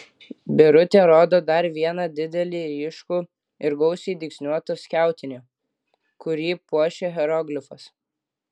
birutė rodo dar vieną didelį ryškų ir gausiai dygsniuotą skiautinį kurį puošia hieroglifas